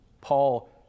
Paul